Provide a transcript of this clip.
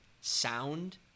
sound